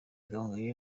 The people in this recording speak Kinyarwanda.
gahongayire